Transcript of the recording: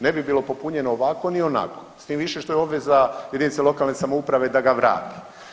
Ne bi bilo popunjeno ovako ni onako, s tim više što je obveza jedinice lokalne samouprave da ga vrati.